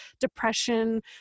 depression